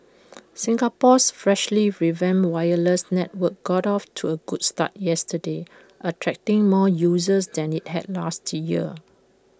Singapore's freshly revamped wireless network got off to A good start yesterday attracting more users than IT had last year